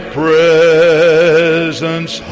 presence